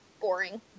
boring